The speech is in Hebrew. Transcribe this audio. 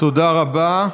תודה רבה.